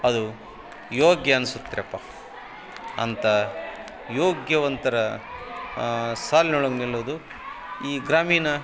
ಅದು ಯೋಗ್ಯ ಅನಿಸುತ್ರ್ಯಪ್ಪ ಅಂಥ ಯೋಗ್ಯವಂತರ ಸಾಲಿನೊಳಗೆ ನಿಲ್ಲೋದು ಈ ಗ್ರಾಮೀಣ